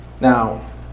Now